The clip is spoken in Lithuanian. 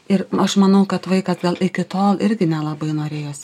ir aš manau kad vaikas iki to irgi nelabai norėjosi